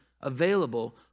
available